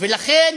לכן